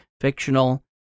fictional